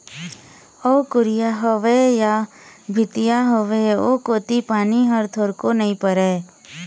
अउ कुरिया होवय या भीतिया होवय ओ कोती पानी ह थोरको नइ परय